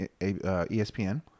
ESPN